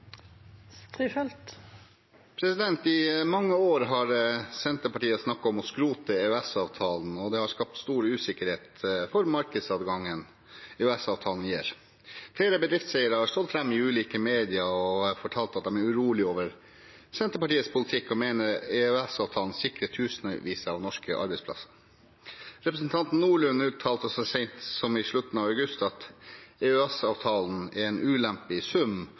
I mange år har Senterpartiet snakket om å skrote EØS-avtalen, og det har skapt stor usikkerhet for markedsadgangen EØS-avtalen gir. Flere bedriftseiere har stått fram i ulike medier og fortalt at de er urolig over Senterpartiets politikk, og de mener EØS-avtalen sikrer tusenvis av norske arbeidsplasser. Representanten Nordlund uttalte så sent som i slutten av august at EØS-avtalen er en ulempe i sum,